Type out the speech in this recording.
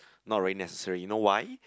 not really necessary you know why